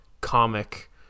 comic